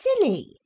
silly